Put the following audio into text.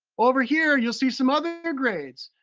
over here you'll see some other grades.